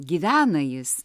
gyvena jis